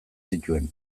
zituen